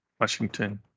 Washington